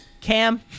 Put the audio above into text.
Cam